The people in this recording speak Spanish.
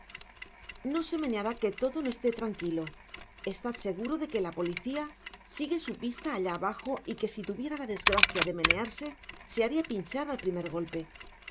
no se meneará que todo no esté tranquilo estad seguro de que la policia sigue su pista allá abajo y que si tuviera la desgracia de menearse se baria pinchar al primer golpe